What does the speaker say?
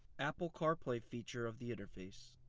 apple carplay feature of the interface.